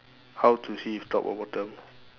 how to see if top or bottom